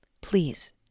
Please